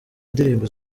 indirimbo